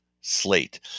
slate